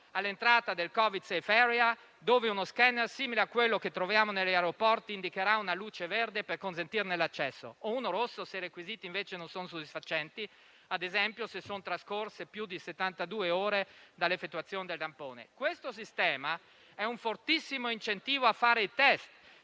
all'entrata della *Covid* *safe area*, dove uno *scanner* simile a quello che troviamo negli aeroporti indicherà una luce verde per consentirne l'accesso o uno rosso, se i requisiti non sono invece soddisfacenti, ad esempio se sono trascorse più di settantadue ore dall'effettuazione del tampone. Questo sistema è un fortissimo incentivo a fare i test